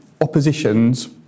oppositions